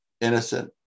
innocent